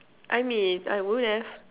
I mean I would have